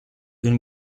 une